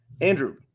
Andrew